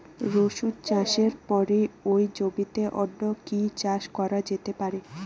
রসুন চাষের পরে ওই জমিতে অন্য কি চাষ করা যেতে পারে?